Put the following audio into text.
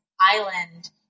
island